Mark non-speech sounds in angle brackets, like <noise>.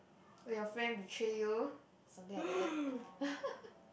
where your friend betray you something like that <laughs>